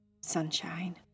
sunshine